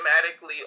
automatically